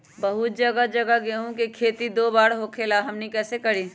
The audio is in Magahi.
बहुत जगह गेंहू के खेती दो बार होखेला हमनी कैसे करी?